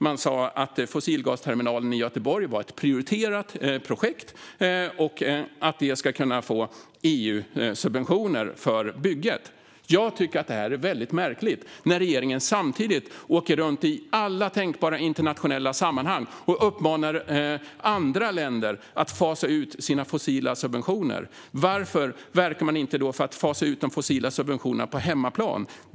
Man sa att fossilgasterminalen i Göteborg var ett prioriterat projekt och att bygget skulle kunna få EU-subventioner. Samtidigt åker regeringen runt och uppmanar andra länder i alla tänkbara internationella sammanhang att fasa ut sina fossila subventioner. Varför verkar man då inte för att fasa ut de fossila subventionerna på hemmaplan?